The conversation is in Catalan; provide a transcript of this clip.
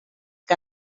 que